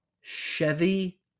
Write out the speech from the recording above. Chevy